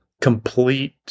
complete